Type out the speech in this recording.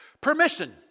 Permission